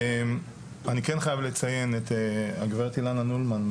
אני כן חייב לציין את הגברת אילנה נולמן,